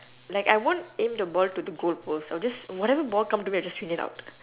like I won't aim the ball to the goalpost I'll just whatever ball come to me I will just swing it out